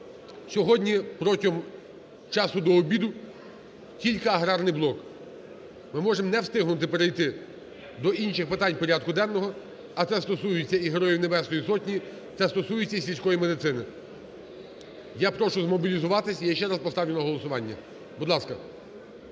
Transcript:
сьогодні протягом часу до обіду тільки аграрний блок. Ми можемо не встигнути перейти до інших питань порядку денного, а це стосується і Героїв Небесної Сотні, це стосується і сільської медицини. Я прошу змобілізуватися, і я ще раз поставлю на голосування, будь ласка.